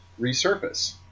resurface